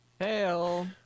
Hell